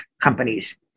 companies